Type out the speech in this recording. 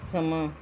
ਸਮਾਂ